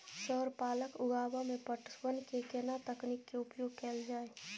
Sir पालक उगाव में पटवन के केना तकनीक के उपयोग कैल जाए?